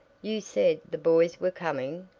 you said the boys were coming?